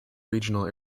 regional